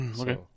Okay